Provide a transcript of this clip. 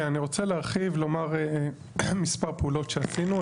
כן, אני רוצה לומר מספר פעולות שעשינו.